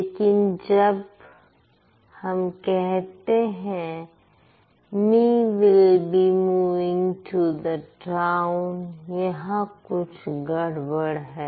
लेकिन जब हम कहते हैं me will be moving to the town यहां कुछ गड़बड़ है